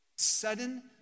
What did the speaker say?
sudden